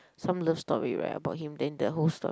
some love story right about him then the whole story